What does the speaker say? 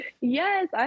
Yes